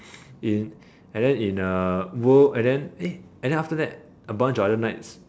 in and then in uh world and then eh and then after that a bunch of other knights